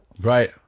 Right